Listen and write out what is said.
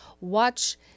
watch